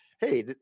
hey